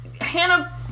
Hannah